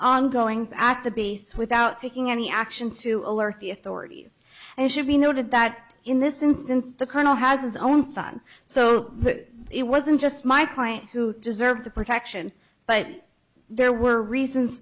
ongoing act the base without taking any action to alert the authorities and it should be noted that in this instance the colonel has his own side so it wasn't just my client who deserve the protection but there were reasons